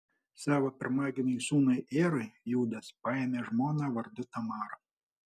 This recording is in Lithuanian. savo pirmagimiui sūnui erui judas paėmė žmoną vardu tamara